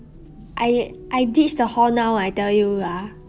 I I ditch the hall now I tell you now ah